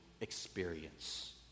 experience